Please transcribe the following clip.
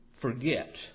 forget